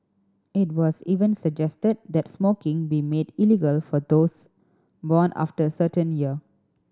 it was even suggested that smoking be made illegal for those born after a certain year